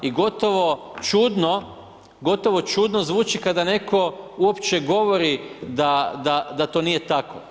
I gotovo čudno, gotovo čudno zvuči kada netko uopće govori da to nije tako.